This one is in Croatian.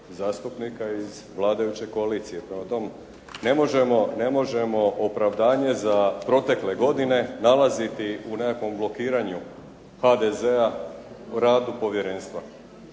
zastupnika iz vladajuće koalicije. Prema tome, ne možemo opravdanje za protekle godine nalaziti u nekakvom blokiranju HDZ-a o radu povjerenstva.